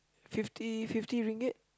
fifty fifty ringgit